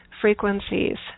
frequencies